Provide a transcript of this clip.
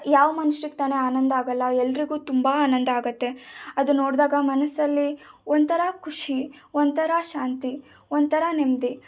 ಯಾವ ಮನುಷ್ಯರಿಗೆ ತಾನೇ ಆನಂದ ಆಗಲ್ಲ ಎಲ್ಲರಿಗೂ ತುಂಬ ಆನಂದ ಆಗತ್ತೆ ಅದು ನೋಡಿದಾಗ ಮನಸಲ್ಲಿ ಒಂಥರಾ ಖುಷಿ ಒಂಥರಾ ಶಾಂತಿ ಒಂಥರಾ ನೆಮ್ಮದಿ